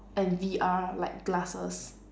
and V_R like glasses